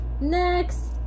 Next